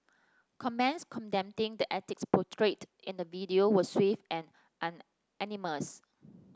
comments condemning the antics portrayed in the video were swift and and unanimous